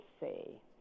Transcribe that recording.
say